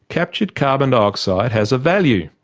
captured carbon dioxide has a value,